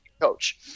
coach